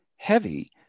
heavy